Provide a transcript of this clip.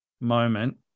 moment